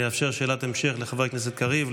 אאפשר שאלת המשך לחבר הכנסת קריב,